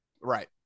Right